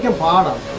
um follow